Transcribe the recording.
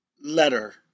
letter